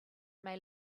may